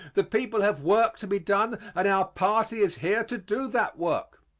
the people have work to be done and our party is here to do that work.